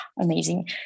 amazing